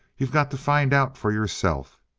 you got to find out for yourself.